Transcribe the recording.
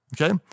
okay